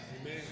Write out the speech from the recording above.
Amen